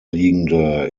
liegende